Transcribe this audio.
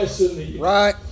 Right